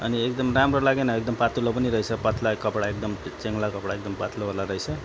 अनि एकदम राम्रो लागेन एकदम पातुलो पनि रहेछ पाल्ता कपडा एकदम च्याङ्ला कपडा एकदम पात्लोवाला रहेछ